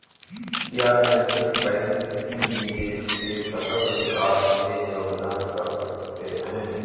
क्या नैतिक बैंक किसी भी देश के सतत विकास में योगदान कर सकते हैं?